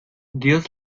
dios